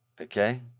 Okay